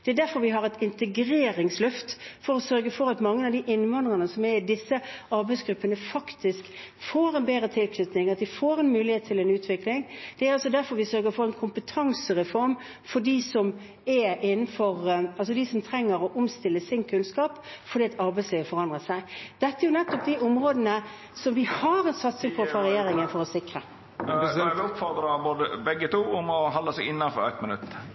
Det er derfor vi har et integreringsløft for å sørge for at mange av de innvandrerne som er i disse arbeidsgruppene, faktisk får bedre tilknytning og får en mulighet til utvikling. Det er derfor vi sørger for en kompetansereform for dem som trenger å omstille sin kunnskap fordi arbeidslivet har forandret seg. Dette er de områdene som vi satser på å sikre. Tida er ute. Presidenten vil oppfordra båe talarane til å halda seg innafor taletida på eitt minutt.